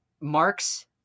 marks